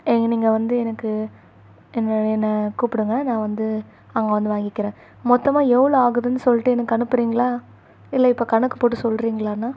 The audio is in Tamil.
எங்கே நீங்கள் வந்து எனக்கு என்னை என்னை கூப்பிடுங்க நான் வந்து அங்கே வந்து வாங்கிக்கிறேன் மொத்தமாக எவ்வளோ ஆகுதுன்னு சொல்லிட்டு எனக்கு அனுப்புகிறீங்களா இல்லை இப்போ கணக்கு போட்டு சொல்கிறீங்களாண்ணா